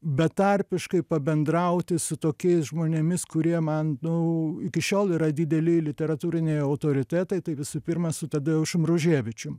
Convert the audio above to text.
betarpiškai pabendrauti su tokiais žmonėmis kurie man nu iki šiol yra dideli literatūriniai autoritetai tai visų pirma su tadeušu mruževičium